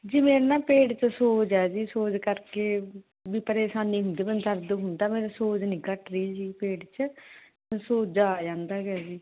ਜੀ ਮੇਰੇ ਨਾ ਪੇਟ 'ਚ ਸੋਜ ਹੈ ਜੀ ਸੋਜ ਕਰਕੇ ਵੀ ਪ੍ਰੇਸ਼ਾਨੀ ਹੁੰਦੀ ਮੈਨੂੰ ਦਰਦ ਹੁੰਦਾ ਮੇਰੇ ਸੋਜ ਨਹੀਂ ਘੱਟ ਰਹੀ ਜੀ ਪੇਟ 'ਚ ਸੋਜਾ ਆ ਜਾਂਦਾ ਗਾ ਜੀ